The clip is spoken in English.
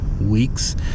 weeks